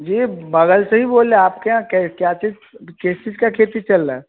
जी बगल से ही बोल रहे है आपके यहाँ क्या चीज़ किस चीज़ का खेत चल रहा है